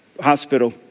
hospital